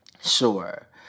Sure